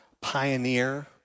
pioneer